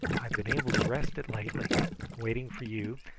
i've been able to rest it lately waiting for you,